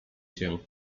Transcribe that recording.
cię